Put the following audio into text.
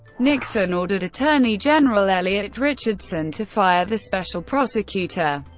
nixon ordered attorney general elliot richardson to fire the special prosecutor.